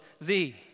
thee